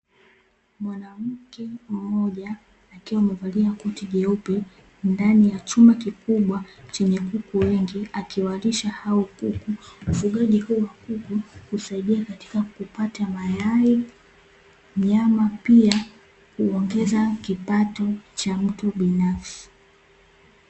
Mwanamke mmoja akiwa amevalia koti jeupe, ndani ya chumba kikubwa chenye kuku wengi, akiwalisha hao kuku, ufugaji huu wa kuku husadia kupata mayai, nyama pia huongeza kipato cha mtu binafsi.